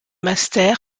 master